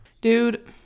dude